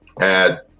Add